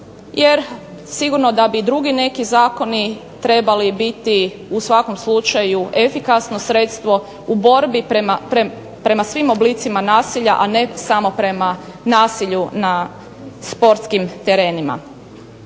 jer sigurno da bi i drugi neki zakoni trebali biti u svakom slučaju efikasno sredstvo u borbi prema svim oblicima nasilja, a ne samo prema nasilju na sportskim terenima.